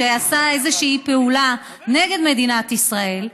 שעשה איזושהי פעולה נגד מדינת ישראל,